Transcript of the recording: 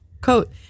coat